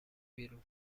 بیرون